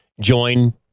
join